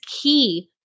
key